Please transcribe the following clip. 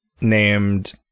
named